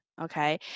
okay